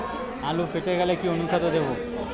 আলু ফেটে গেলে কি অনুখাদ্য দেবো?